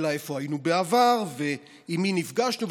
אלא איפה היינו בעבר ועם מי נפגשנו,